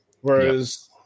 whereas